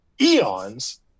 eons